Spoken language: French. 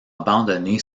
abandonné